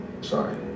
Sorry